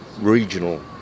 regional